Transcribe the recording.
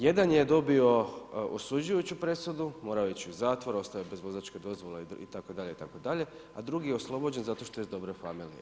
Jedan je dobio osuđujuću presudu, morao je ići u zatvor, ostao je bez vozačke dozvole itd., a drugi je oslobođen zato što je iz dobre familije.